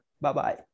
bye-bye